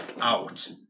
out